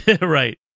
Right